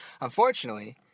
Unfortunately